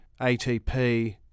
ATP